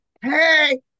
hey